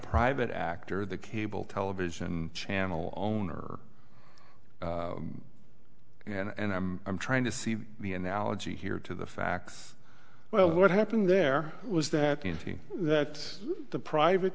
private actor the cable television channel owner and i'm i'm trying to see the analogy here to the facts well what happened there was that in that the private